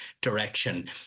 direction